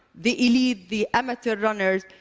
the elite, the amateur runners,